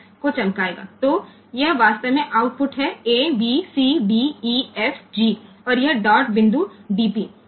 તેથી આ વાસ્તવમાં આઉટપુટ આપે છે અને આ a b c d e f g અને આ ડોટ પોઈન્ટ dp છે